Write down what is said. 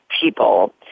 people